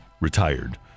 retired